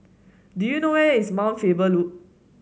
do you know where is Mount Faber Loop